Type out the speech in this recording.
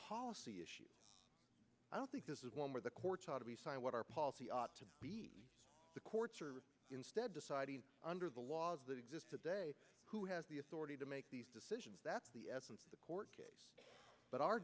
policy issue i don't think this is one where the courts ought to be saying what our policy ought to be the courts are instead deciding under the laws that exist today who has the authority to make these decisions that's the essence of the court but our